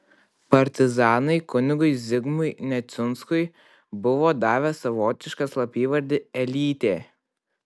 partizanai kunigui zigmui neciunskui buvo davę savotišką slapyvardį elytė